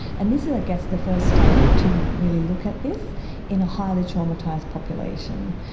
and this is i guess the first study to really look at this in a highly traumatised population,